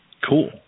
Cool